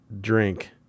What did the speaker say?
drink